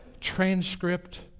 transcript